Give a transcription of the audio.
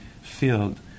field